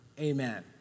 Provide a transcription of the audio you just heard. amen